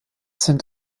sind